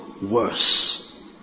worse